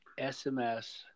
SMS